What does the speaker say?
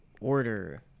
order